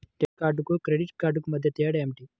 Debit కార్డుకు credit credit కార్డుకు మధ్య తేడా ఏమిటీ?